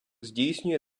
здійснює